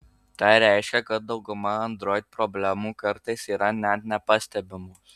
tai reiškia kad dauguma android problemų kartais yra net nepastebimos